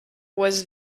was